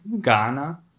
ghana